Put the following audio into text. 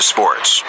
Sports